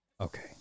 Okay